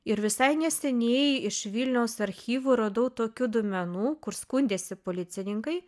ir visai neseniai iš vilniaus archyvų radau tokių duomenų kur skundėsi policininkai